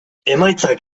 emaitzak